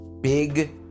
big